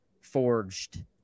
forged